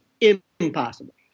impossible